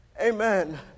Amen